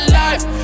life